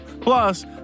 Plus